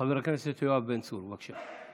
חבר הכנסת יואב בן צור, בבקשה.